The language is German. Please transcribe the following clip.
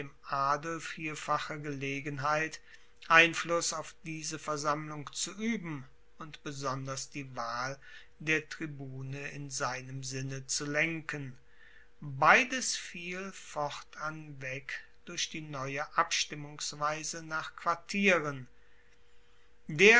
adel vielfache gelegenheit einfluss auf diese versammlung zu ueben und besonders die wahl der tribune in seinem sinne zu lenken beides fiel fortan weg durch die neue abstimmungsweise nach quartieren